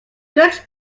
goods